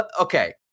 okay